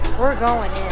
we're going?